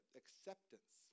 acceptance